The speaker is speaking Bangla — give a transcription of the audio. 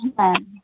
হ্যাঁ